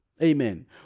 Amen